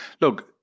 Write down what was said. look –